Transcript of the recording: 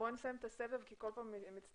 בואו נסיים את הסבב ונגיע